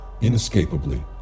inescapably